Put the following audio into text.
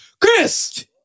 Chris